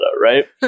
right